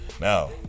Now